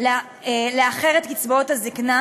לאחר את קצבאות הזקנה,